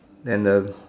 then the